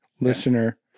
Listener